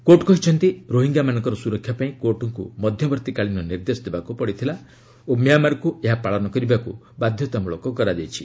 court କହିଛନ୍ତି ରୋହିଙ୍ଗ୍ୟାମାନଙ୍କର ସୁରକ୍ଷା ପାଇଁ କୋର୍ଟଙ୍କୁ ମଧ୍ୟବର୍ତ୍ତୀକାଳୀନ ନିର୍ଦ୍ଦେଶ ଦେବାକୁ ପଡ଼ିଥିଲା ଓ ମ୍ୟାମାରକୁ ଏହା ପାଳନ କରିବାକୁ ବାଧ୍ୟତାମୂଳକ କରାଯାଇଛି